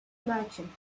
merchant